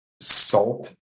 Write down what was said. salt